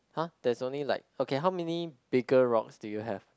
!huh! there's only like okay how many bigger rocks do you have